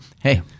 Hey